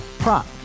Prop